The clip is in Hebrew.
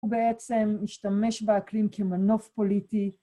הוא בעצם השתמש באקלים כמנוף פוליטי